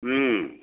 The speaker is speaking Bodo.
ओम